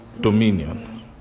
Dominion